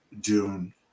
June